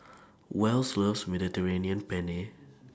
Wells loves Mediterranean Penne